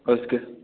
और इसके